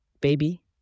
baby